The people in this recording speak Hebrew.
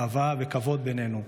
אהבה וכבוד בינינו.